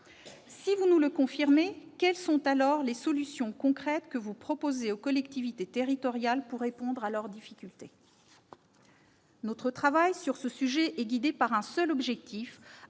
Si vous nous le confirmez, quelles sont alors les solutions concrètes que vous proposez aux collectivités territoriales pour répondre à leurs difficultés ? Notre travail sur ce sujet est guidé par un seul objectif